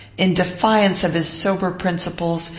in defiance of his sober principles,